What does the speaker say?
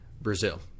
Brazil